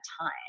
time